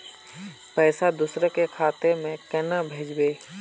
पैसा दूसरे के खाता में केना भेजबे?